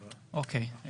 אוקיי.